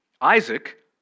Isaac